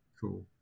cool